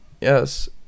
yes